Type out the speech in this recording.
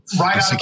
right